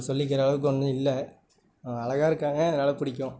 சொல்லிக்கிற அளவுக்கு ஒன்றும் இல்லை அழகாக இருக்காங்க அதனால் பிடிக்கும்